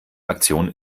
aktion